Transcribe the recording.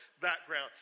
background